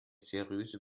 seriöse